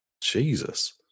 Jesus